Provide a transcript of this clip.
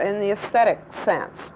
in the aesthetic sense,